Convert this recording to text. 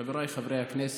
חבריי חברי הכנסת,